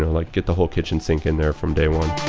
like get the whole kitchen sink in there from day one